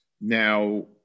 Now